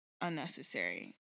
unnecessary